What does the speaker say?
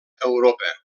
europa